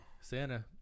Santa